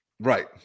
Right